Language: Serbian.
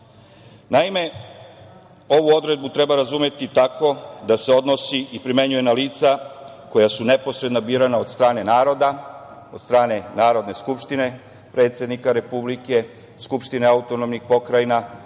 ovu odredbu treba razumeti tako da se odnosi i primenjuje na lica koja su neposredno birana od strane naroda, od stane Narodne skupštine, predsednika Republike, Skupštine AP, Vlade